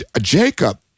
Jacob